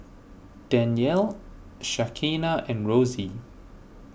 Danyel Shaquana and Rosy